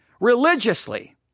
religiously